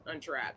untrapped